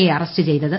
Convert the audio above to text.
A arrest ചെയ്തത്